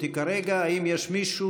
אותי כרגע: האם יש מישהו